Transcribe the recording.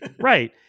right